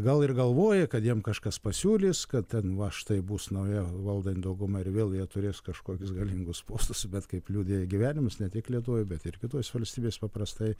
gal ir galvoja kad jiem kažkas pasiūlys kad ten va štai bus nauja valdan dauguma ir vėl jie turės kažkokius galingus postus bet kaip liudija gyvenimas ne tik lietuvoj bet ir kitos valstybės paprastai